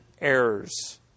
errors